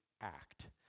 Act